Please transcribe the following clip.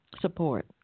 support